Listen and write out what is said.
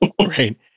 Right